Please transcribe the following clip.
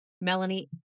Melanie